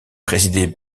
présidé